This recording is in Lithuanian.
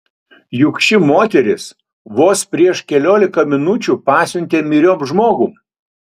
juk ši moteris vos prieš keliolika minučių pasiuntė myriop žmogų